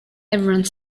everyone